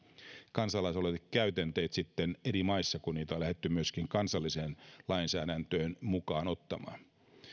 kansalaisaloitekäytänteet eri maissa kun niitä on lähdetty myöskin kansalliseen lainsäädäntöön mukaan ottamaan